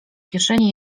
kieszeni